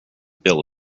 bill